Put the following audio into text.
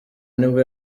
nibwo